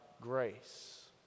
grace